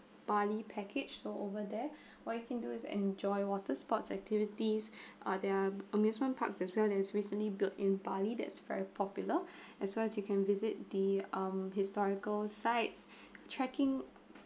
bali package so over there what you can do is enjoy water sports activities uh their amusement parks as well there is recently built in bali that's very popular as long as you can visit the historical sites tracking